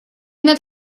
над